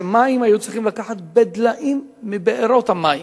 שמים היו צריכים להביא בדליים מבארות המים.